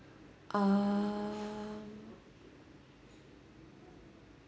um